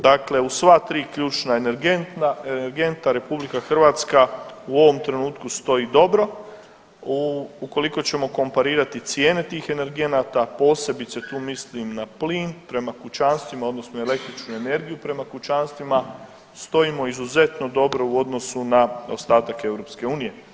Dakle, uz sva tri ključna energenta RH u ovom trenutku stoji dobro, ukoliko ćemo ukomparirati cijene tih energenata, posebice tu mislim na plin prema kućanstvima odnosno električnu energiju prema kućanstvima stojimo izuzetno dobro u odnosu na ostatak EU.